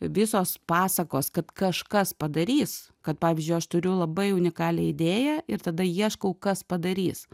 visos pasakos kad kažkas padarys kad pavyzdžiui aš turiu labai unikalią idėją ir tada ieškau kas padarys